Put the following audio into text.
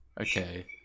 Okay